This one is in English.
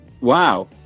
Wow